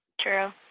True